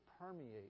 permeate